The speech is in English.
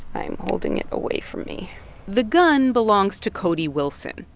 i'm holding it away from me the gun belongs to cody wilson.